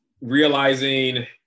realizing